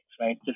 right